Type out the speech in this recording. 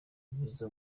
bwiza